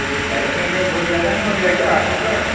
سر یہ ساڑھے تین ہزار بہت زیاہ نہیں ہو جائے گا آٹو کا